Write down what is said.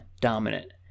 dominant